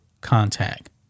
contact